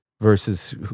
versus